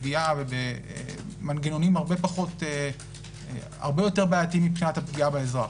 גבייה ובמנגנונים הרבה יותר בעייתיים מבחינת הפגיעה באזרח?